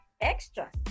Extra